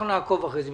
אנחנו נעקוב אחרי זה,